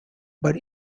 but